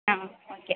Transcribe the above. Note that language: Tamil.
ஆ ஓகே